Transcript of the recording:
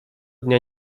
dnia